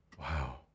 Wow